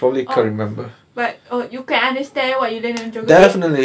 oh but oh you can understand what you learnt in geography